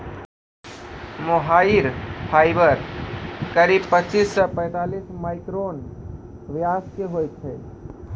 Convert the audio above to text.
मोहायिर fibre करीब पच्चीस सॅ पैतालिस माइक्रोन व्यास के होय छै